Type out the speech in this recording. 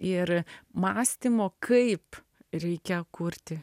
ir mąstymo kaip reikia kurti